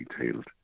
detailed